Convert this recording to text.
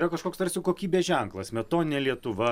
yra kažkoks tarsi kokybės ženklas smetoninė lietuva